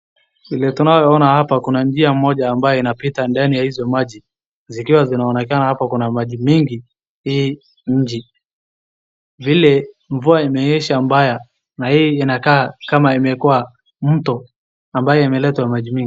Vile tunavyo ona hapa, kuna njia moja ambayo inapita ndani ya hizo maji zikiwa zinaonekana hapo kuna maji mingi hii mji , Vile mvua imenyesha mbaya na hii inakaa kama imekua mto ambayo imeleta maji mingi